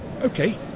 okay